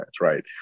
right